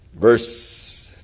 Verse